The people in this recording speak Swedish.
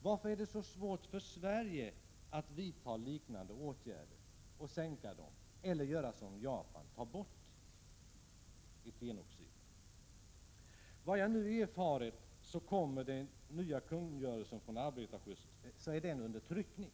Varför är det så svårt för Sverige att vidta liknande åtgärder och sänka gränsvärdena eller att göra som Japan — dvs. att utesluta etenoxiden? Såvitt jag har erfarit är den nya kungörelsen under tryckning.